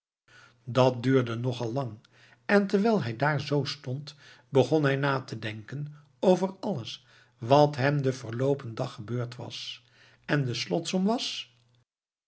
dat duurde nog al lang en terwijl hij daar zoo stond begon hij na te denken over alles wat hem den verloopen dag gebeurd was en de slotsom was